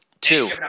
Two